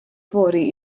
fory